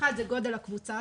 האחד גודל הקבוצה,